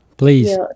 Please